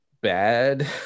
bad